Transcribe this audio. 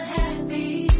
happy